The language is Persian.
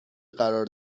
قرار